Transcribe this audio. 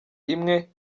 imwe